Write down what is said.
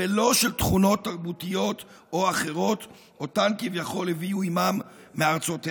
ולא של תכונות תרבותיות או אחרות שאותן כביכול הביאו עימם מארצותיהם,